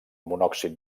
monòxid